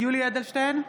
יולי יואל אדלשטיין,